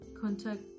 contact